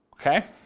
Okay